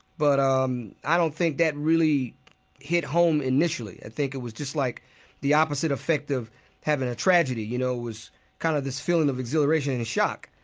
but um i don't think that really hit home initially. i think it was just like the opposite effect of having a tragedy, you know, it was kind of this feeling of exhilaration and shock.